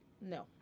no